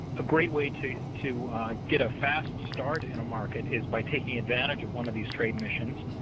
a great way to to get a fast start in a market is by taking advantage of one of these trade missions.